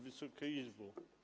Wysoka Izbo!